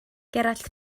gerallt